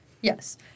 Yes